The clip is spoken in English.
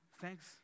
thanks